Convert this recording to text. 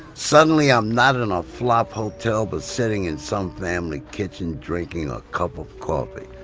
suddenly i'm not in a flop hotel, but sitting in some family kitchen, drinking a cup of coffee.